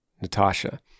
Natasha